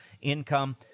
income